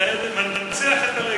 עמיתי חברי הכנסת,